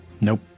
Nope